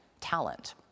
talent